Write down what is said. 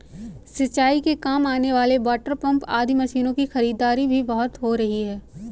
सिंचाई के काम आने वाले वाटरपम्प आदि मशीनों की खरीदारी भी बहुत हो रही है